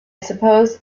suppose